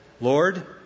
Lord